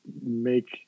make